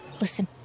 listen